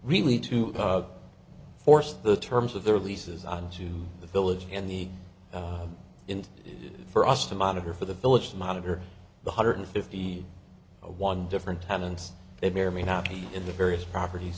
really to force the terms of their leases on to the village and the inn for us to monitor for the village to monitor the hundred fifty one different tenants that may or may not be in the various properties